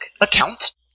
account